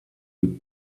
you